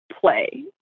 play